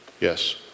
Yes